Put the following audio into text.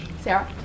Sarah